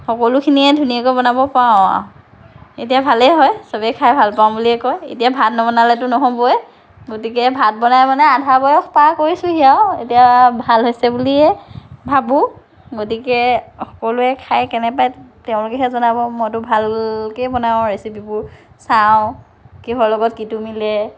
সকলোখিনিয়েই ধুনীয়াকৈ বনাব পাৰোঁ আৰু এতিয়া ভালেই হয় সবেই খাই ভাল পাওঁ বুলিয়েই কয় এতিয়া ভাত নবনালেতো নহ'বই গতিকে ভাত বনাই বনাই আধা বয়স পাৰ কৰিছোঁহি আৰু এতিয়া ভাল হৈছে বুলিয়েই ভাবোঁ গতিকে সকলোৱে খাই কেনে পায় তেওঁলোকেহে জনাব মইতো ভালকৈয়ে বনাওঁ ৰেচিপিবোৰ চাওঁ কিহৰ লগত কিটো মিলে